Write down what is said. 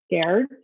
scared